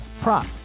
prop